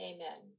Amen